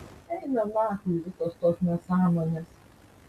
eina nachui visos tos nesąmonės